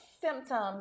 symptoms